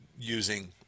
using